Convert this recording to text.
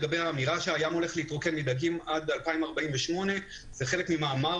לגבי האמירה שהים הולך להתרוקן מדגים עד 2048. זה חלק ממאמר